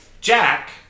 Jack